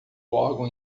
órgão